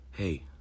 Hey